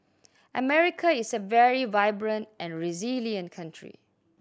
America is a very vibrant and resilient country